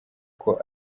uko